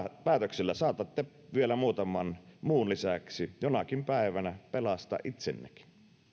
päätöksellä saatatte vielä muutaman muun lisäksi jonakin päivänä pelastaa itsennekin